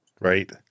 Right